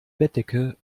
bettdecke